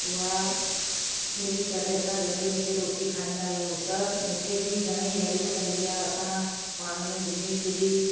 उहा मिली करे असां गॾु मिसे रोटी खाईंदा आहियूं सभु मूंखे बि घणेई हैल्प कंदी आहे असां पाण में घुमी फिरी